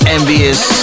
Envious